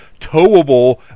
towable